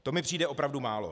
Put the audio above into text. To mi přijde opravdu málo.